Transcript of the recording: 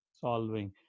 solving